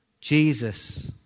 Jesus